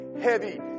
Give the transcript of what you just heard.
heavy